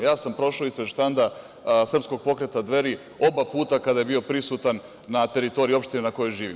Ja sam prošao ispred štanda Srpskog pokreta Dveri oba puta kada je bio prisutan na teritoriji opštine na kojoj živim.